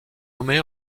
nommée